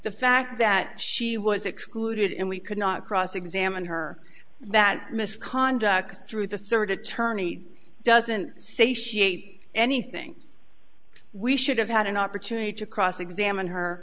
the fact that she was excluded and we could not cross examine her that misconduct through the third attorney doesn't say she ate anything we should have had an opportunity to cross examine her